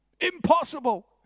Impossible